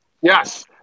Yes